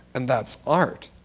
and that's art.